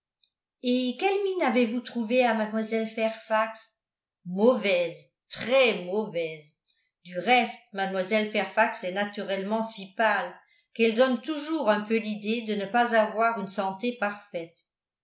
et quelle mine avez-vous trouvé à mlle fairfax mauvaise très mauvaise du reste mlle fairfax est naturellement si pâle qu'elle donne toujours un peu l'idée de ne pas avoir une santé parfaite